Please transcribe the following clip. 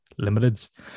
Limiteds